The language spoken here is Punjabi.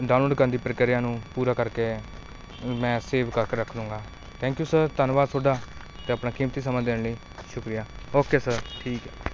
ਡਾਊਨਲੋਡ ਕਰਨ ਦੀ ਪ੍ਰਕਿਰਿਆ ਨੂੰ ਪੂਰਾ ਕਰਕੇ ਮੈਂ ਸੇਵ ਕਰਕੇ ਰੱਖ ਲਊਂਗਾ ਥੈਂਕ ਯੂ ਸਰ ਧੰਨਵਾਦ ਤੁਹਾਡਾ ਅਤੇ ਆਪਣਾ ਕੀਮਤੀ ਸਮਾਂ ਦੇਣ ਲਈ ਸ਼ੁਕਰੀਆ ਓਕੇ ਸਰ ਠੀਕ ਹੈ